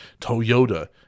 Toyota